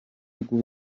bw’u